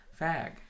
fag